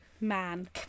Man